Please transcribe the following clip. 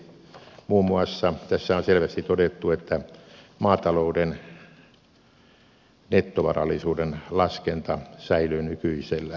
tässä on muun muassa selvästi todettu että maatalouden nettovarallisuuden laskenta säilyy nykyisellään